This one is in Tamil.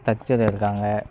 தச்சர் இருக்காங்க